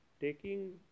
taking